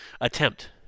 attempt